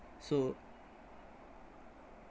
so